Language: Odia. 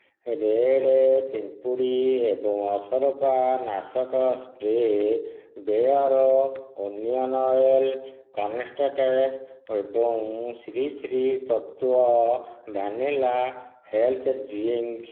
ରେଡ଼୍ ପିମ୍ପୁଡ଼ି ଏବଂ ଅସରପା ନାଶକ spray Beardo onion oil concentrate ଏବଂ Sri Sri Tattva vanilla health drink